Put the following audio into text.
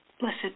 blessed